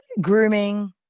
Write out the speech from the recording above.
grooming